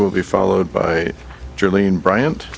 will be followed by julian bryant